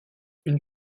une